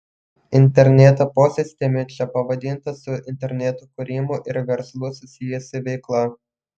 interneto posistemiu čia pavadinta su interneto kūrimu ir verslu susijusi veikla